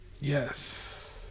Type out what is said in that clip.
Yes